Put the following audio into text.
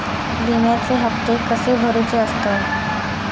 विम्याचे हप्ते कसे भरुचे असतत?